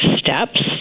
steps